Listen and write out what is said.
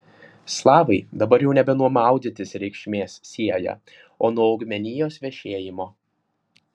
slavai dabar jau nebe nuo maudytis reikšmės sieja o nuo augmenijos vešėjimo